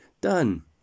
Done